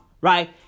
Right